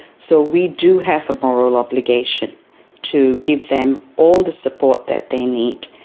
so we do have a moral obligation to give them all the support that they need,